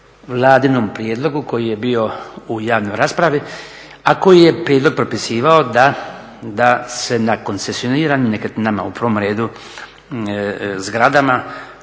Vladinom prijedlogu koji je bio u javnoj raspravi, a koji je prijedlog propisivao da se na koncesioniranim nekretninama, u prvom redu zgradama